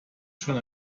schon